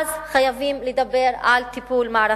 חייבים לדבר על טיפול מערכתי,